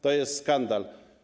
To jest skandal.